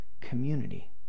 community